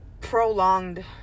prolonged